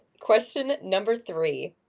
question number three,